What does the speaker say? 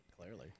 clearly